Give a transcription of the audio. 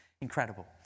Incredible